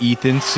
Ethan